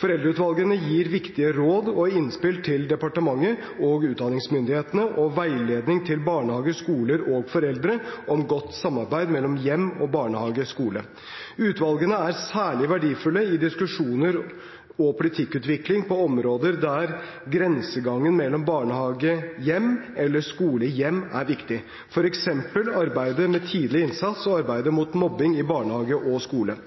Foreldreutvalgene gir viktige råd og innspill til departementet og utdanningsmyndighetene og veiledning til barnehager, skoler og foreldre om godt samarbeid mellom hjem og barnehage/skole. Utvalgene er særlig verdifulle i diskusjon og politikkutvikling på områder der grensegangen mellom barnehage–hjem eller skole–hjem er viktig, f.eks. arbeidet med tidlig innsats og arbeidet mot mobbing i barnehage og skole.